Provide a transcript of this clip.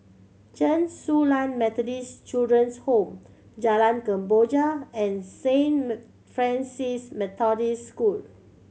Chen Su Lan Methodist Children's Home Jalan Kemboja and Saint Francis Methodist School